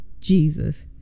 jesus